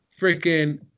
freaking